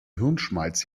hirnschmalz